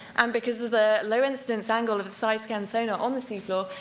and because of the low instance angle of the side-scan sonar on the seafloor,